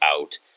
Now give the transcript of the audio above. out